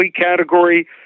category